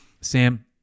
Sam